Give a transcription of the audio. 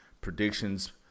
Predictions